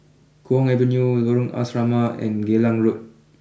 Kwong Avenue Lorong Asrama and Geylang Road